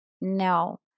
No